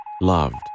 loved